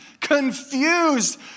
confused